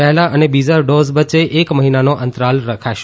પહેલા અને બીજા ડોઝ વચ્ચે એક મફિનાનો અંતરાલ રખાશે